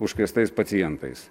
užkrėstais pacientais